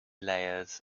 layers